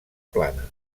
plana